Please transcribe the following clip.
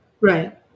Right